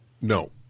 No